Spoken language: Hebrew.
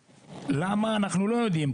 למה, אנחנו לא יודעים.